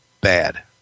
bad